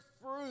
fruit